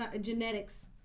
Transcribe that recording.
genetics